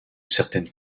certaines